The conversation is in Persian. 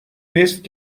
نیست